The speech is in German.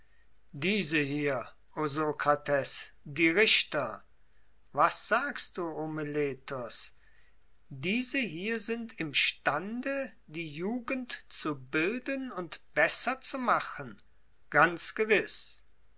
diese hier o sokrates die richter was sagst du o meletos diese hier sind imstande die jugend zu bilden und besser zu machen ganz gewiß